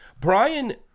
Brian